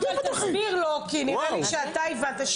לו כי נראה לי שאתה הבנת.